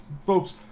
folks